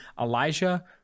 Elijah